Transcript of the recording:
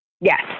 Yes